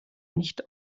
nicht